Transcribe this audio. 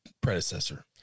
predecessor